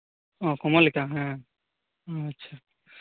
ᱚ ᱠᱚᱢᱚᱞᱤᱠᱟ ᱦᱮᱸ ᱟᱪᱪᱷᱟ